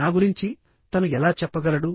నా గురించి తను ఎలా చెప్పగలడు